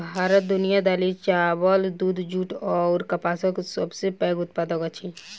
भारत दुनिया मे दालि, चाबल, दूध, जूट अऔर कपासक सबसे पैघ उत्पादक अछि